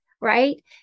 right